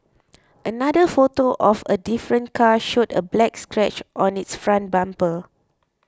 another photo of a different car showed a black scratch on its front bumper